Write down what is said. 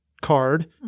card